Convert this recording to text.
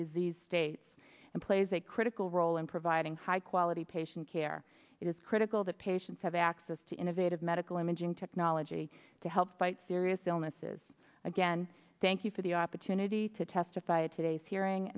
disease states and plays a critical role in providing high quality patient care it is critical that patients have access to innovative medical imaging technology to help fight serious illnesses again thank you for the opportunity to testify of today's hearing